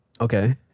Okay